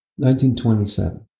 1927